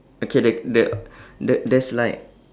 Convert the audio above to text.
okay the the the there's like